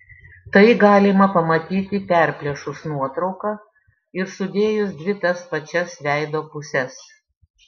tai galima pamatyti perplėšus nuotrauką ir sudėjus dvi tas pačias veido puses